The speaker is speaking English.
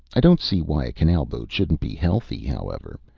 i don't see why a canal-boat shouldn't be healthy, however.